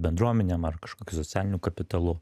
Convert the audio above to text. bendruomenėm ar kažkokiu socialiniu kapitalu